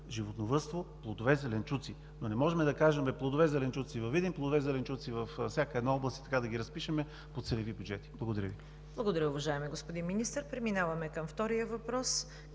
животновъдство, плодове, зеленчуци, но не можем да кажем: „плодове, зеленчуци във Видин, плодове, зеленчуци във всяка една област“ и така да ги разпишем по целеви бюджети. Благодаря Ви. ПРЕДСЕДАТЕЛ ЦВЕТА КАРАЯНЧЕВА: Благодаря, уважаеми господин Министър. Преминаваме към втория въпрос